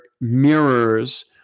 mirrors